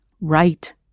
Right